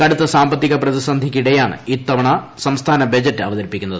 കടുത്ത സാമ്പത്തിക പ്രതിസന്ധിക്കിടെയാണ് ഇത്തവണ സംസ്ഥാന ബജറ്റ് അവതരിപ്പിക്കുന്നത്